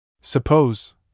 suppose